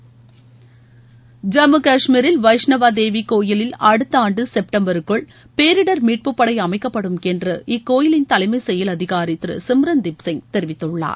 ஐம்மு கஷ்மீரில் வைஷ்ணவா தேவி கோயிலில் அடுத்த ஆண்டு செட்டம்பருக்குள் பேரிடர் மீட்புப் அமைக்கப்படும் என்று இக்கோயிலின் தலைமை செயல் அதிகாரி திரு சிம்ரன்தீப் சிங் படை தெரிவித்துள்ளார்